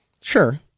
Sure